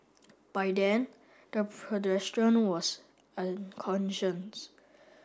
by then the pedestrian was unconscious